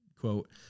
quote